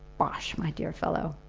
bosh, my dear fellow.